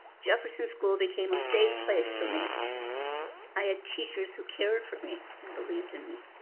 jefferson school became a safe place for me i had teachers who cared for me and believed in me.